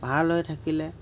ভাল হৈ থাকিলে